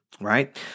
right